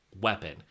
weapon